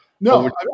No